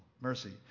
mercy